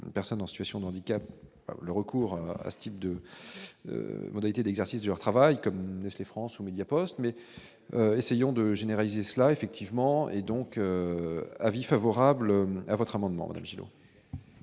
personnes en situation d'handicap le recours à ce type de modalités d'exercice de leur travail comme Nestlé France ou Mediapost, mais essayons de généraliser cela effectivement et donc avis favorable à votre amendement de mesures.